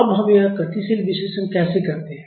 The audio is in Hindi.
अब हम यह गतिशील विश्लेषण कैसे करते हैं